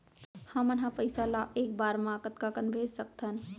हमन ह पइसा ला एक बार मा कतका कन भेज सकथन?